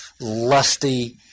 lusty